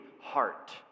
heart